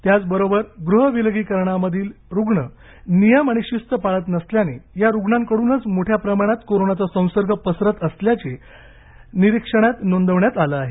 त्याचबरोबर गृह विलगीकरणामधील रुग्ण नियम आणि शिस्त पाळत नसल्याने या रुग्णांकड्रनच मोठ्या प्रमाणात कोरोनाचा संसर्ग पसरत असल्याचे निरिक्षण नोंदवण्यात आलं आहे